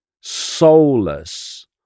soulless